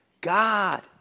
God